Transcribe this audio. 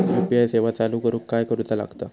UPI सेवा चालू करूक काय करूचा लागता?